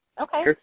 Okay